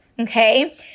Okay